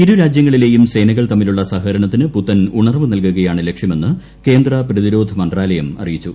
ഇരു രാജ്യങ്ങളിലെയും സേനകൾ തമ്മിലുള്ള സഹകരണത്തിന് പുത്തൻ ഉണർവ് നൽകുകയാണ് ലക്ഷ്യമെന്ന് കേന്ദ്ര പ്രതിരോധ മന്ത്രാലയം അറിയിച്ചു